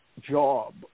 job